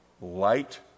light